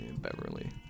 Beverly